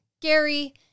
Gary